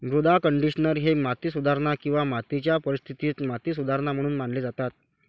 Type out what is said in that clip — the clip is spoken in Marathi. मृदा कंडिशनर हे माती सुधारणा किंवा मातीच्या परिस्थितीत माती सुधारणा म्हणून मानले जातात